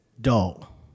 dull